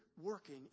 working